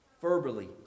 verbally